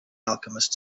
alchemist